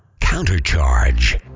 Countercharge